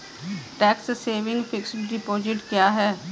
Tax saving fixed deposit क्या है?